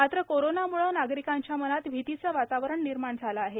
मात्र कोरोनामुळे नागरिकांच्या मनात भीतीचे वातावरण निर्माण झाले आहे